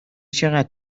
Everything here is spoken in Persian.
چقدر